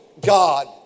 God